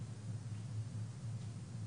לגבי הנושא של בנק הדואר,